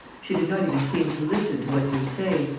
she did not even seem to listen to what he was saying,